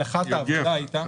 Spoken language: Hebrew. הנחת העבודה הייתה --- יוגב,